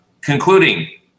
Concluding